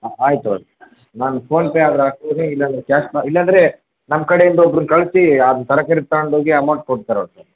ಹಾಂ ಆಯ್ತು ಹೋಗಿ ನಾನು ಫೋನ್ಪೇ ಆದರು ಹಾಕ್ತೀನಿ ಇಲ್ಲ ಕ್ಯಾಶ್ನಾರು ಇಲ್ಲ ಅಂದರೆ ನಮ್ಮ ಕಡೆಯಿಂದ ಒಬ್ರುನ್ನು ಕಳಿಸಿ ಅದನ್ನು ತರಕಾರಿ ತಗೊಂಡೋಗಿ ಅಮೌಂಟ್ ಕೊಡ್ತಾರೆ ಅವ್ರಿಗೆ